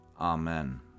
Amen